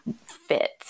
fit